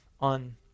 on